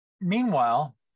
meanwhile